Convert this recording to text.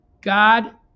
God